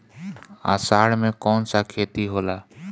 अषाढ़ मे कौन सा खेती होला?